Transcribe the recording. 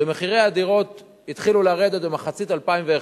כשמחירי הדירות התחילו לרדת במחצית 2011,